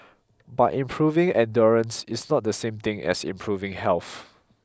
but improving endurance is not the same thing as improving health